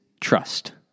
trust